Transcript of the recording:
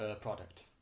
product